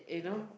yeah